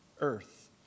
earth